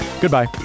Goodbye